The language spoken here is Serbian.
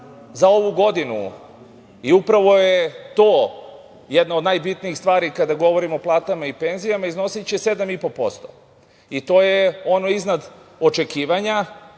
za ovu godinu, i upravo je to jedna od najbitnijih stvari kada govorimo o platama i penzijama, iznosiće 7,5% i to je ono iznad očekivanja,